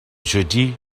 jeudi